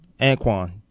Anquan